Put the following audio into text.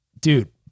dude